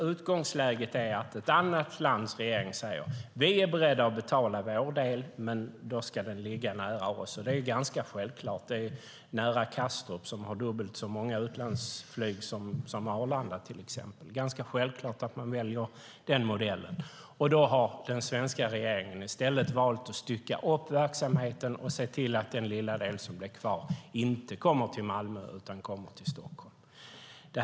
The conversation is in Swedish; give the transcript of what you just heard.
Utgångsläget är att ett annat lands regering säger: Vi är beredda att betala vår del, men då ska den ligga nära oss. Det är ganska självklart. Det är nära Kastrup, som har dubbelt så många utlandsflyg som till exempel Arlanda. Det är självklart att man väljer den modellen. Men den svenska regeringen har i stället valt att stycka upp verksamheten och se till att den lilla del som blir kvar inte kommer till Malmö utan till Stockholm.